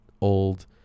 old